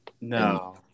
No